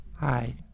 Hi